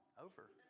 over